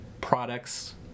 products